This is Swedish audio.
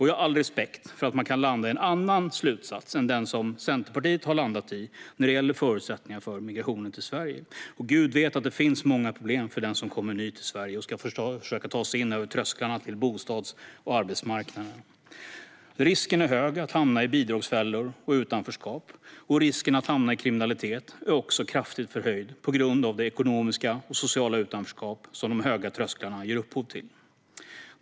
Jag har all respekt för att man kan landa i en annan slutsats än den som Centerpartiet har landat i när det gäller förutsättningarna för migrationen till Sverige. Gud vet att det finns många problem för den som kommer ny till Sverige och ska försöka ta sig över trösklarna in till bostads och arbetsmarknaderna. Risken är hög att hamna i bidragsfällor och utanförskap. Risken att hamna i kriminalitet är också kraftigt förhöjd på grund av det ekonomiska och sociala utanförskap som de höga trösklarna ger upphov till.